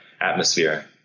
atmosphere